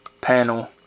panel